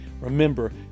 remember